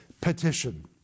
petition